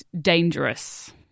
dangerous